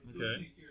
Okay